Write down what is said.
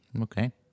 Okay